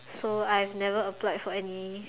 so I've never applied for any